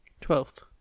twelfth